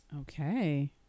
Okay